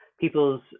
people's